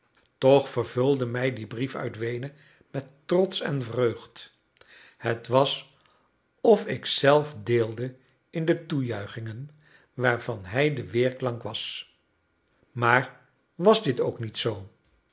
toch vervulde mij die brief uit weenen met trots en vreugd het was of ik zelf deelde in de toejuichingen waarvan hij de weerklank was maar was dit ook niet zoo